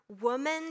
woman